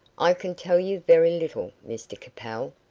i can tell you very little, mr capel.